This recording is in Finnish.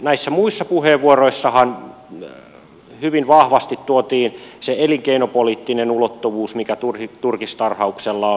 näissä muissa puheenvuoroissahan hyvin vahvasti tuotiin esille se elinkeinopoliittinen ulottuvuus mikä turkistarhauksella on